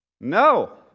No